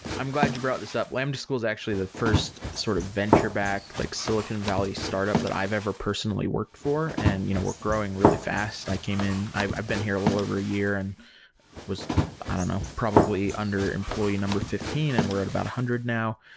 i'm glad you brought this up. lambda school is actually the first sort of venture backed, like silicon valley startup that i've ever personally worked for, and you know we're growing really fast. i came in, i've i've been here a little over a year and was i don't know, probably under employee number fifteen and we're at about a hundred now.